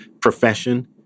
profession